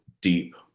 deep